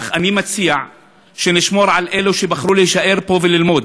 אך אני מציע שנשמור על אלו שבחרו להישאר פה וללמוד,